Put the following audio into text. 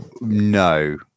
No